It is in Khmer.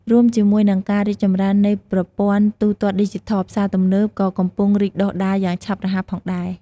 រួមជាមួយនឹងការរីកចម្រើននៃប្រព័ន្ធទូទាត់ឌីជីថល ផ្សារទំនើបក៏កំពុងរីកដុះដាលយ៉ាងឆាប់រហ័សផងដែរ។